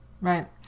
Right